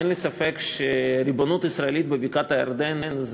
אין לי ספק שריבונות ישראלית בבקעת-הירדן זה